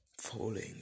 Falling